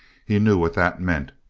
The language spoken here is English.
he knew what that meant.